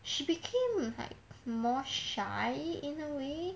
she became like more shy in a way